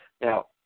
Now